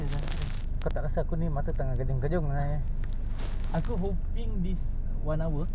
like lepas dia dengar kan dia pun akan feedback like bising sangat ke apa ke then we know what to do from there ah